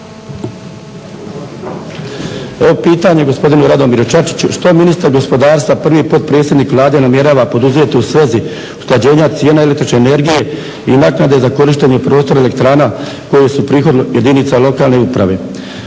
Evo pitanje gospodinu Radomiru Čačiću. Što ministar gospodarstva prvi potpredsjednik Vlade namjerava poduzeti u svezi usklađenja cijena električne energije i naknade za korištenje prostora elektrana koje su prihod jedinica lokalne uprave?